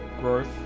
growth